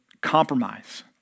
compromise